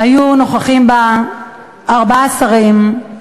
נכחו בה ארבעה שרים,